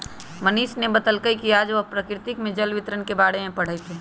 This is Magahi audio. मनीष ने बतल कई कि आज वह प्रकृति में जल वितरण के बारे में पढ़ तय